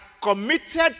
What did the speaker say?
committed